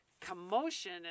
commotion